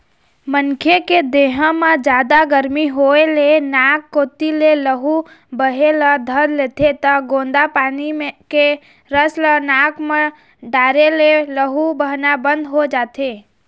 मनखे के देहे म जादा गरमी होए ले नाक कोती ले लहू बहे ल धर लेथे त गोंदा पाना के रस ल नाक म डारे ले लहू बहना बंद हो जाथे